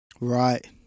Right